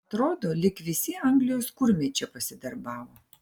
atrodo lyg visi anglijos kurmiai čia pasidarbavo